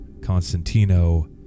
Constantino